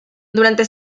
durante